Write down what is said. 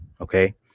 Okay